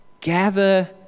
gather